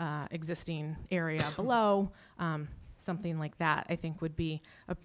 the existing area below something like that i think would be a